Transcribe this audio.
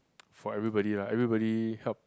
for everybody lah everybody help